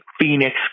Phoenix